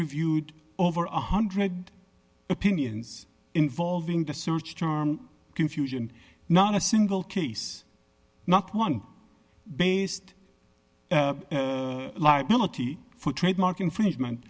reviewed over one hundred opinions involving the search term confusion not a single case not one based liability for trademark infringement